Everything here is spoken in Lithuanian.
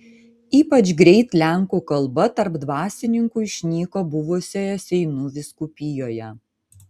ypač greit lenkų kalba tarp dvasininkų išnyko buvusioje seinų vyskupijoje